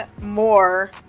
more